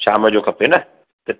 शाम जो खपे न